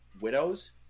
Widows